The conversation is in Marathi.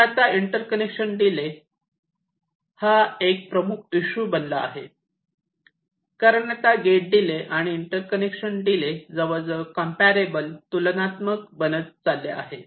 तर आता इंटरकनेक्शन डिले हा एक प्रमुख इशू बनला आहे कारण आता गेट डिले आणि इंटरकनेक्शन डिले जवळजवळ कंपेरेबल तुलनात्मक बनत चालले आहे